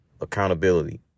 accountability